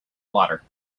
water